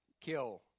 kill